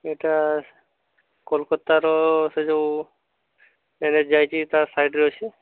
ଏଟା କୋଲକାତାର ସେ ଯେଉଁ ଏନ୍ ଏଚ୍ ଯାଇଛି ତା ସାଇଡ଼୍ରେ ଅଛି